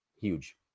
Huge